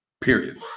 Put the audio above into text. Period